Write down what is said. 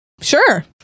Sure